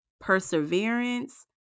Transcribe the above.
perseverance